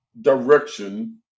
direction